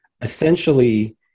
essentially